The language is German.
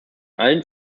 allen